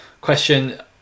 question